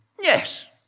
Yes